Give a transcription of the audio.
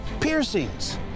piercings